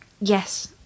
yes